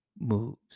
moves